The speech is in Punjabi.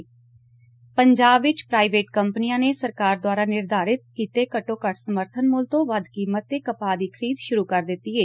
ਪੰਜਾਬ ਵਿਚ ਪਾਈਵੇਟ ਕੰਪਨੀਆਂ ਨੇ ਸਰਕਾਰ ਦੁਆਰਾ ਨਿਰਧਾਰਿਤ ਕੀਤੇ ਘੱਟੋ ਘੱਟ ਸਮਰਥਨ ਮੁੱਲ ਤੋਂ ਵੱਧ ਕੀਮਤ ਤੇ ਕਪਾਹ ਦੀ ਖਰੀਦ ਸੁਰੁ ਕਰ ਦਿੱਤੀ ਏ